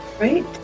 right